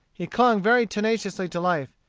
he clung very tenaciously to life,